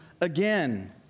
again